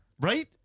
Right